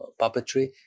puppetry